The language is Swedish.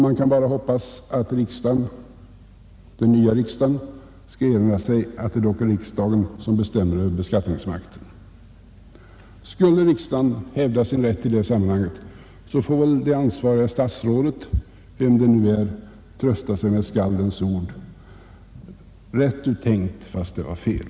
Man kan bara hoppas att den nya riksdagen skall erinra sig att det dock är riksdagen som förfogar över beskattningsmakten. Skulle riksdagen hävda sin rätt i det sammanhanget får väl det ansvariga statsrådet — vem det nu är — trösta sig med skaldens ord: Rätt du tänkt, fast det var fel.